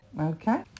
Okay